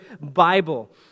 Bible